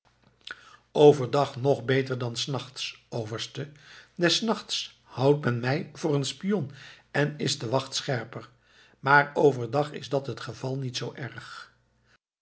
overdag nog beter dan des nachts overste des nachts houdt men mij voor een spion en is de wacht scherper maar overdag is dat het geval niet zoo erg